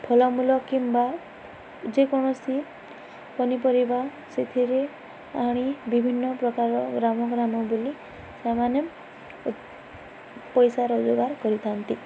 ଫଲମୂଲ କିମ୍ବା ଯେକୌଣସି ପନିପରିବା ସେଥିରେ ଆଣି ବିଭିନ୍ନ ପ୍ରକାର ଗ୍ରାମ ଗ୍ରାମ ବୋଲି ସେମାନେ ପଇସା ରୋଜଗାର କରିଥାନ୍ତି